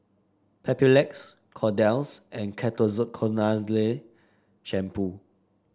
Papulex Kordel's and Ketoconazole Shampoo